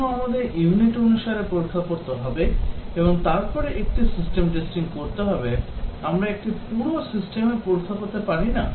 কেন আমাদের ইউনিট অনুসারে পরীক্ষা করতে হবে এবং তারপরে একটি সিস্টেম টেস্টিং করতে হবে আমরা একটি পুরো সিস্টেমের পরীক্ষা করতে পারি না